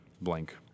blank